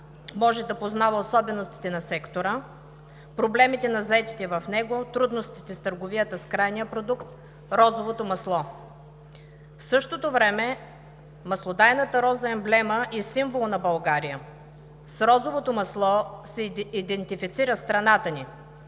може да познава особеностите на сектора, проблемите на заетите в него, трудностите с търговията с крайния продукт – розовото масло. В същото време маслодайната роза е емблема и символ на България. С розовото масло се идентифицира страната ни,